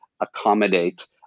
accommodate